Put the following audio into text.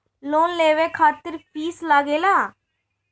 Loan लेवे खातिर fees लागेला?